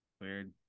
Weird